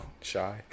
shy